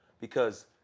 because-